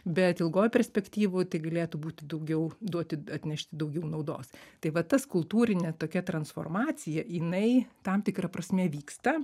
bet ilgoj perspektyvoj galėtų būti daugiau duoti atnešti daugiau naudos tai va tas kultūrine tokia transformacija jinai tam tikra prasme vyksta